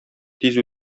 тиз